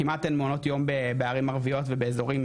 כמעט אין מעונות יום בערים ערביות ובאזורים